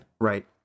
right